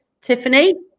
Tiffany